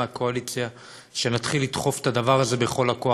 גם מהקואליציה, נתחיל לדחוף את הדבר הזה בכל הכוח.